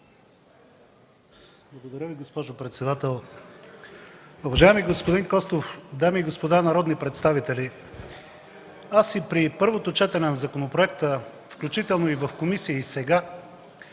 Благодаря, госпожо председател.